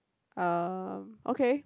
um okay